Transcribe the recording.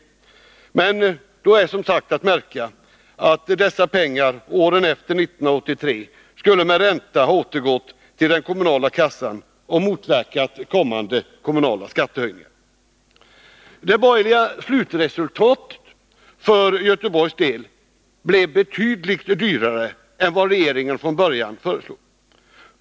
Då är som sagt att märka att dessa pengar åren efter 1983 skulle med ränta ha återgått till den kommunala kassan och motverkat kommande kommunala skattehöjningar. Det borgerliga slutresultatet för Göteborgs del blev betydligt dyrare än vad regeringen från början föreslog.